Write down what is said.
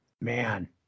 Man